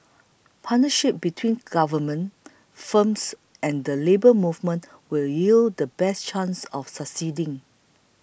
partnership between government firms and the Labour Movement will yield the best chance of succeeding